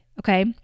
Okay